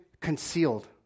concealed